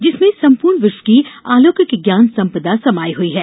जिस में संपूर्ण विश्व की अलौकिक ज्ञान सम्पदा समायी हुई है